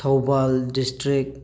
Thoubal district